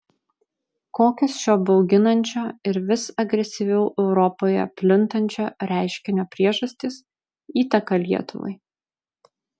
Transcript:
kokios šio bauginančio ir vis agresyviau europoje plintančio reiškinio priežastys įtaka lietuvai